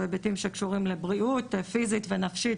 או היבטים שקשורים לבריאות פיזית ונפשית,